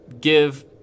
give